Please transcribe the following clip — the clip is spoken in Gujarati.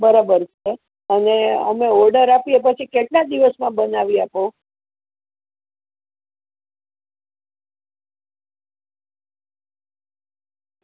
બરાબર છે અને અમે ઓર્ડર આપીએ પછી કેટલા દિવસમાં બનાવી આપો